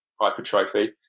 hypertrophy